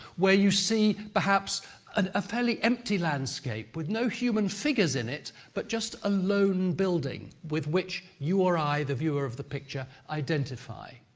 where you see but and a fairly empty landscape with no human figures in it, but just a lone building with which you or i, the viewer of the picture, identify.